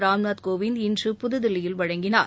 ராம்நாத் கோவிந்த் இன்று புதுதில்லியில் வழங்கினார்